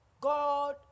God